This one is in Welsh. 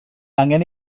angen